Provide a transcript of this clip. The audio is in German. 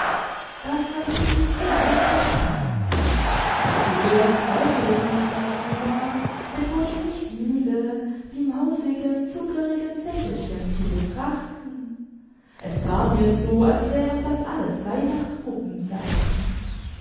das war wirklich sehr aufmerksam zuerst freute ich mich darüber und wurde nicht müde die mausigen zuckerigen sächelchen zu betrachten es war mir so als wären das alles